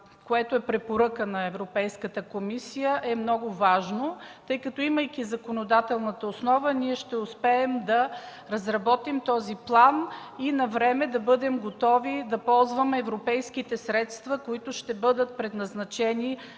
– препоръка на Европейската комисия, е много важно, тъй като имайки законодателната основа, ще успеем да разработим този план и навреме да бъдем готови да ползваме европейските средства, предназначени